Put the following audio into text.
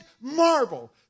marvel